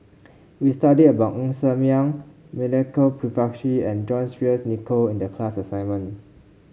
we studied about Ng Ser Miang Milenko Prvacki and John Fearns Nicoll in the class assignment